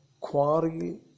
Quarry